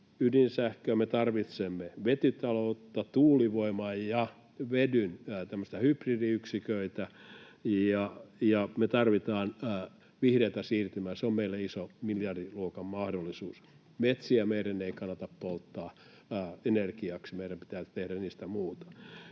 ydinsähköä, me tarvitsemme vetytaloutta, tuulivoimaa ja vedyn tämmöisiä hybridiyksiköitä, ja me tarvitaan vihreätä siirtymää. Se on meille iso miljardiluokan mahdollisuus. Metsiä meidän ei kannata polttaa energiaksi. Meidän pitää tehdä niistä muuta.